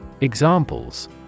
Examples